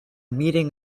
meeting